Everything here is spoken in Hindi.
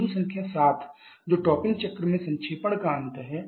बिंदु संख्या 7 जो टॉपिंग चक्र में संक्षेपण का अंत है